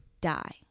die